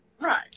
Right